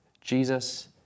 Jesus